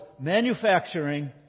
manufacturing